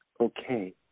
okay